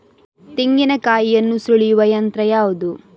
ತೆಂಗಿನಕಾಯಿಯನ್ನು ಸುಲಿಯುವ ಯಂತ್ರ ಯಾವುದು?